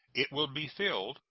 it will be filled,